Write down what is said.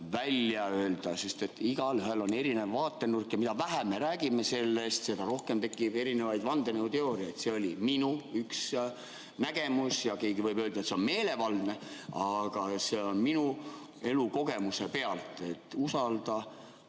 välja öelda. Igaühel on erinev vaatenurk ja mida vähem me sellest räägime, seda rohkem tekib erinevaid vandenõuteooriaid. See oli minu üks nägemusi. Keegi võib öelda, et see on meelevaldne, aga see on minu elukogemuse pealt, et usalda.